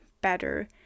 better